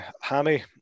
Hammy